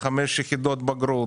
לחמש יחידות בגרות.